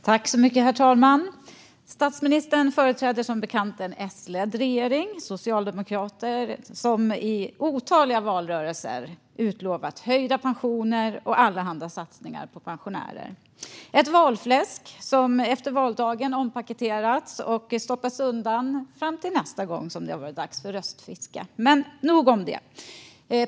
Herr talman! Statsministern företräder som bekant en S-ledd regering, och Socialdemokraterna har i otaliga valrörelser utlovat höjda pensioner och allehanda satsningar på pensionärer. Det är ett valfläsk som efter valdagen ompaketerats och stoppats undan fram till nästa gång det varit dags för röstfiske. Men nog om det.